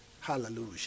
Hallelujah